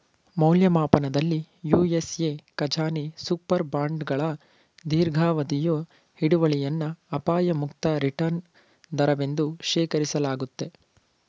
ಮೌಲ್ಯಮಾಪನದಲ್ಲಿ ಯು.ಎಸ್.ಎ ಖಜಾನೆ ಸೂಪರ್ ಬಾಂಡ್ಗಳ ದೀರ್ಘಾವಧಿಯ ಹಿಡುವಳಿಯನ್ನ ಅಪಾಯ ಮುಕ್ತ ರಿಟರ್ನ್ ದರವೆಂದು ಶೇಖರಿಸಲಾಗುತ್ತೆ